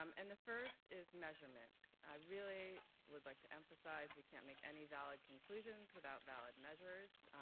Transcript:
um and the first is measurement. i really would like to emphasize we can't make any valid conclusions without valid measures.